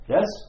Yes